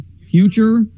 future